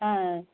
ஆ